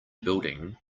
building